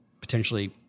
potentially